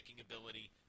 ability